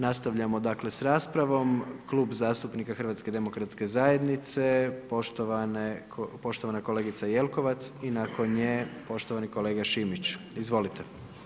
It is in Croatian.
Nastavljamo dakle s raspravom, Klub zastupnika HDZ-a, poštovana kolegica Jelkovac i nakon nje poštovani kolega Šimić, izvolite.